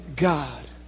God